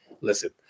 listen